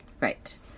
right